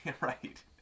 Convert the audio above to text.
right